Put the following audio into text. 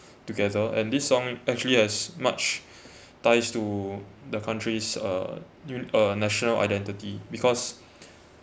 together and this song actually as much ties to the country's uh u~ uh national identity because